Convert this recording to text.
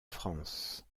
france